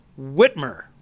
Whitmer